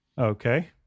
okay